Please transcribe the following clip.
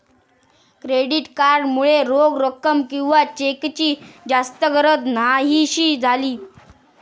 credit card मुळे रोख रक्कम किंवा चेकची जास्त गरज न्हाहीशी झाली